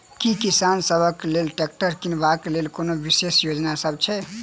की किसान सबहक लेल ट्रैक्टर किनबाक लेल कोनो विशेष योजना सब छै?